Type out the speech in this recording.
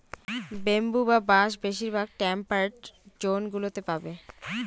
bamboo বা বাঁশ বেশিরভাগ টেম্পারড জোন গুলোতে পাবে